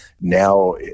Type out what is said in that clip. now